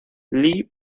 lee